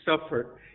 suffered